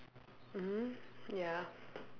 mmhmm ya